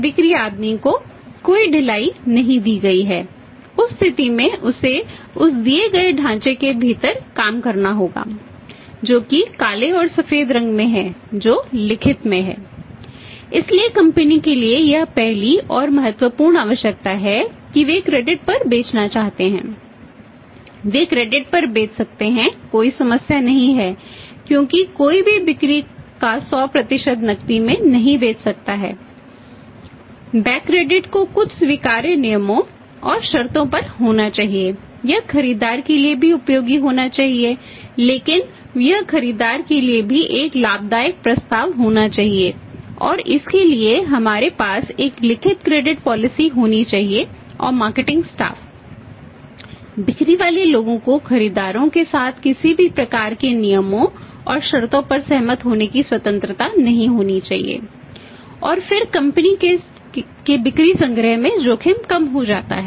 वे credit staff बिक्री वाले लोगों को खरीदारों के साथ किसी भी प्रकार के नियमों और शर्तों पर सहमत होने की स्वतंत्रता नहीं होनी चाहिए और फिर कंपनी के बिक्री संग्रह में जोखिम कम हो जाता है